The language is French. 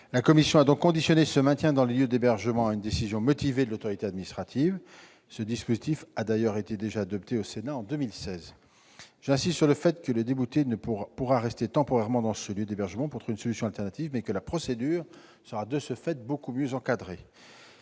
La commission a donc conditionné le maintien dans les lieux d'hébergement à une décision motivée de l'autorité administrative. Ce dispositif a d'ailleurs déjà été adopté au Sénat en 2016. J'insiste sur ce point, le débouté pourra rester temporairement dans son lieu d'hébergement pour trouver une solution alternative. Toutefois, la procédure sera beaucoup mieux encadrée.